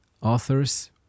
Authors